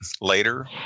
later